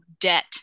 debt